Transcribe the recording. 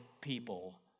people